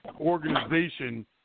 organization